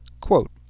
Quote